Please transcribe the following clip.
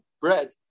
bread